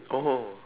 oh